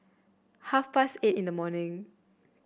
half past eight in the morning